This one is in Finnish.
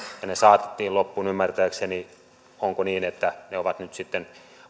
ja ne saatettiin loppuun ymmärtääkseni onko niin että ne ovat nyt sitten